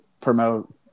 promote